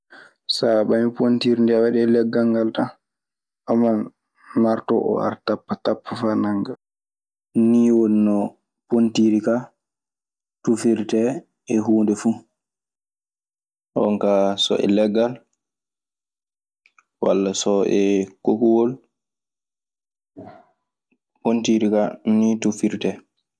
Sa ɓamii pontiiri ndii a waɗii e leggal ngal tan, a ɓaman martoo oo aɗa tappa tappa faa nannga. Nii woni no pontiiri kaa tufirtee e huunde fuu.